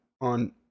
on